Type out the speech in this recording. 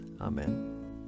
Amen